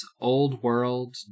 old-world